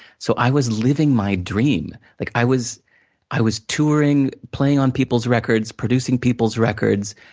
so, i was living my dream. like i was i was touring, playing on people's records, producing people's records.